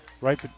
right